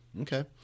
Okay